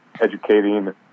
educating